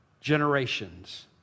generations